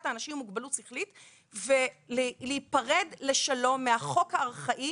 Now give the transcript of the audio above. האנשים עם מוגבלות שכלית ולהיפרד לשלום מהחוק הארכאי